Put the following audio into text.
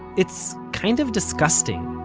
it's kind of disgusting.